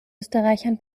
österreichern